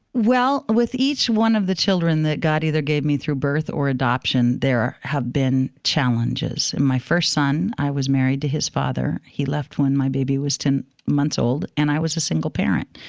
well, with each one of the children that god either gave me through birth or adoption, there have been challenges in my first son. i was married to his father. he left when my baby was ten months old and i was a single parent.